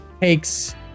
takes